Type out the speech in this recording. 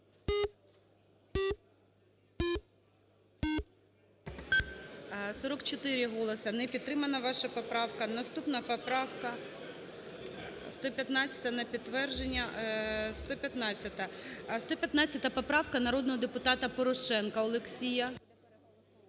За-44 Не підтримана ваша поправка. Наступна поправка - 115. На підтвердження. 115-а. 115 поправка народного депутата Порошенка Олексія.